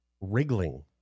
wriggling